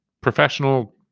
professional